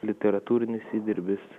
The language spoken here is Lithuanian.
literatūrinis įdirbis